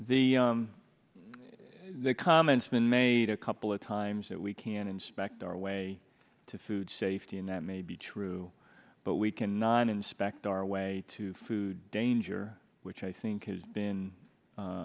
the comments been made a couple of times that we can inspect our way to food safety and that may be true but we cannot inspect our way to food danger which i think has been